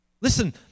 Listen